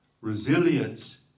Resilience